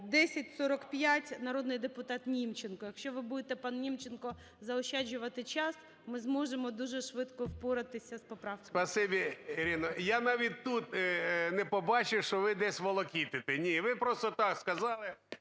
1045, народний депутат Німченко. Якщо ви будете, пан Німченко, заощаджувати час, ми зможемо дуже швидко впоратися з поправками.